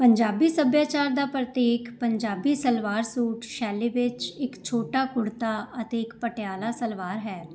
ਪੰਜਾਬੀ ਸੱਭਿਆਚਾਰ ਦਾ ਪ੍ਰਤੀਕ ਪੰਜਾਬੀ ਸਲਵਾਰ ਸੂਟ ਸ਼ੈਲੀ ਵਿੱਚ ਇੱਕ ਛੋਟਾ ਕੁੜਤਾ ਅਤੇ ਇੱਕ ਪਟਿਆਲਾ ਸਲਵਾਰ ਹੈ